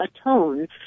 atone